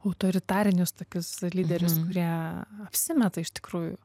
autoritarinius tokius lyderius kurie apsimeta iš tikrųjų